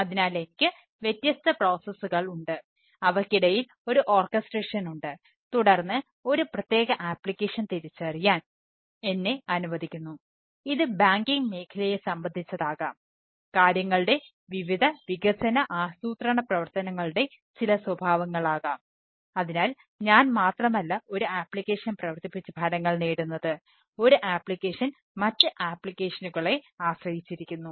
അതിനാൽ എനിക്ക് വ്യത്യസ്ത പ്രോസസ്സുകൾ ആശ്രയിച്ചിരിക്കുന്നു